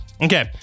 Okay